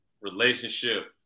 Relationship